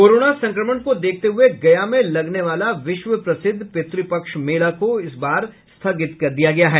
corona संक्रमण को देखते हुये गया में लगने वाला विश्वप्रसिद्ध पितृपक्ष मेला को स्थगित कर दिया गया है